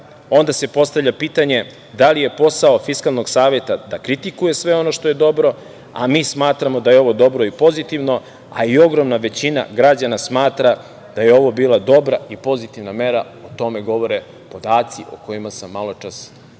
se postavlja pitanje da li je posao Fiskalnog saveta da kritikuje sve ono što je dobro, a mi smatramo da je ovo dobro i pozitivno, a i ogromna većina građana smatra da je ovo bila dobra i pozitivna mera, o tome govore podaci o kojima sam maločas